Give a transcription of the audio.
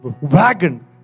wagon